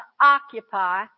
occupy